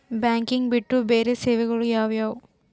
Banking ಬಿಟ್ಟು ಬೇರೆ ಸೇವೆಗಳು ಯಾವುವು?